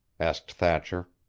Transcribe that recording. asked thatcher.